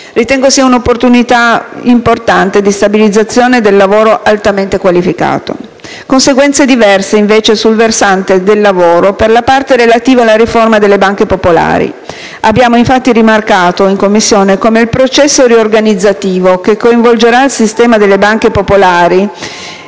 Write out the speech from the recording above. Ritengo sia un'opportunità importante di stabilizzazione del lavoro altamente qualificato. Conseguenze diverse invece sul versante lavoro per la parte relativa alla riforma delle banche popolari. Abbiamo infatti rimarcato in Commissione come il processo riorganizzativo che coinvolgerà il sistema delle banche popolari